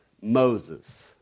Moses